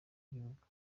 ry’igihugu